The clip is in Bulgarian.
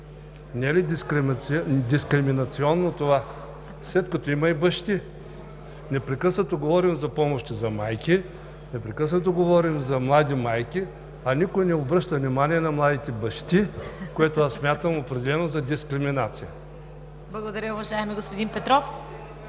Не е ли дискриминационно това, след като има и бащи? Непрекъснато говорим за помощи за майки, непрекъснато говорим за млади майки, а никой не обръща внимание на младите бащи, което аз смятам определено за дискриминация. ПРЕДСЕДАТЕЛ ЦВЕТА КАРАЯНЧЕВА: Благодаря, уважаеми господин Петров.